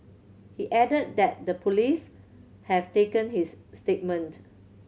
he added that the police have taken his statement